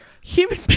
Human